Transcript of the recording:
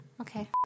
Okay